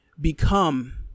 become